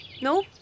No